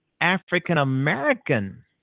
African-American